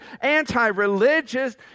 anti-religious